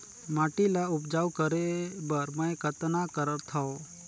माटी ल उपजाऊ करे बर मै कतना करथव?